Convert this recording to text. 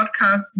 podcast